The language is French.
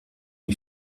lui